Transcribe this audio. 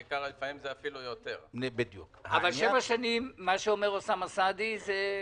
שבע שנים זה מקובל.